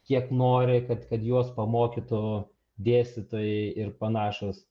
kiek nori kad kad juos pamokytų dėstytojai ir panašūs